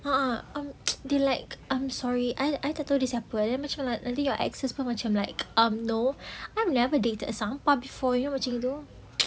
uh uh um they like um sorry I I tak tahu dia siapa tapi dia macam like I think your exes pun macam like um no I've never dated sampah before you're a macam gitu